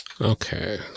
Okay